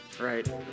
Right